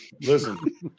Listen